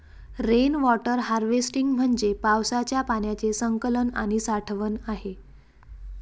rain water harvesting म्हणजे पावसाच्या पाण्याचे संकलन आणि साठवण आहे